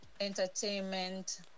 entertainment